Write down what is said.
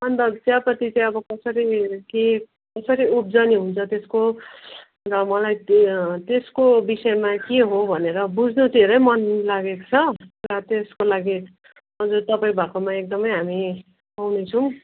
अन्त चियापती चाहिँ अब कसरी के कसरी उब्जनी हुन्छ त्यसको र मलाई त्यो त्यसको विषयमा के हो भनेर बुझ्नु धेरै मनलागेको छ र त्यसको लागि हजुर तपाईँ भएकोमा एकदमै हामी आउनेछौँ